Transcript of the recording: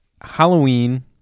Halloween